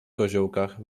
koziołkach